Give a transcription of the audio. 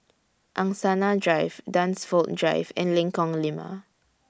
Angsana Drive Dunsfold Drive and Lengkong Lima